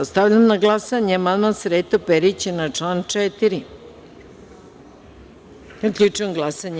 Stavljam na glasanje amandman Sreta Perića na član 4. Zaključujem glasanje.